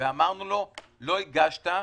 ואמרנו לו: לא הגשת,